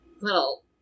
little